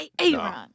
A-A-Ron